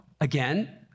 again